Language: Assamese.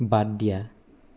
বাদ দিয়া